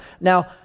Now